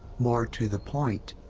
more to the point,